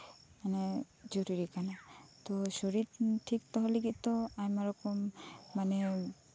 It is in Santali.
ᱢᱟᱱᱮ ᱡᱚᱨᱩᱨᱤ ᱠᱟᱱᱟ ᱛᱚ ᱦᱚᱲᱢᱚ ᱴᱷᱤᱠ ᱫᱚᱦᱚ ᱞᱟᱹᱜᱤᱫ ᱫᱚ ᱟᱭᱢᱟ ᱨᱚᱠᱚᱢ ᱱᱤᱭᱚᱢ